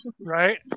right